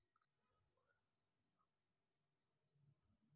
Mobile నుండే UPI చెల్లింపులు చేయవలెనా?